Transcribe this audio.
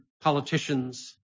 politicians